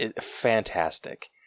fantastic